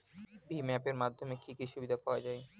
ভিম app এর মাধ্যমে কি কি সুবিধা পাওয়া যায়?